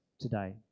today